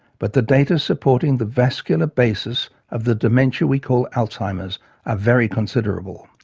but the data supporting the vascular basis of the dementia we call alzheimer's are very considerable.